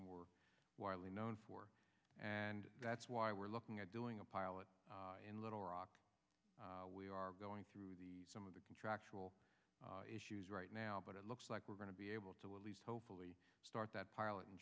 more widely known for and that's why we're looking at doing a pilot in little rock we are going through the some of the contracts all issues right now but it looks like we're going to be able to at least hopefully start that pilot in